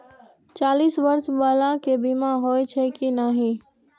चालीस बर्ष बाला के बीमा होई छै कि नहिं?